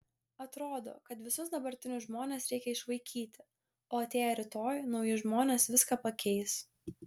atrodo kad visus dabartinius žmones reikia išvaikyti o atėję rytoj nauji žmonės viską pakeis